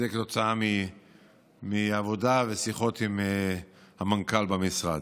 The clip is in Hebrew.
זה כתוצאה מעבודה ושיחות עם המנכ"ל במשרד.